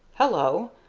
hello!